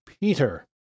Peter